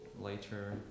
later